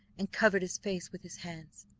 and covered his face with his hands.